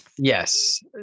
Yes